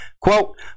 Quote